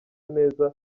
neza